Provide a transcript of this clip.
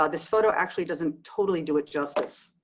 ah this photo actually doesn't totally do it justice.